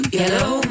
yellow